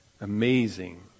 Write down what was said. Amazing